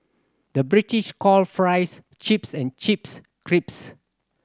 the British calls fries chips and chips crisps